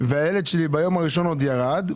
והילד שלי ביום הראשון עוד ירד.